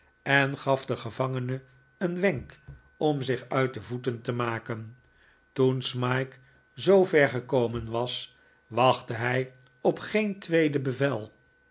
en gaf den gevangene een wenk om zich uit de voeten te maken toen smike zoover gekomen was wachtte hij op geen tweede bevel